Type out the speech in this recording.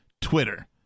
Twitter